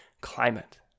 climate